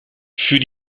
für